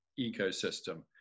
ecosystem